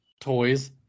toys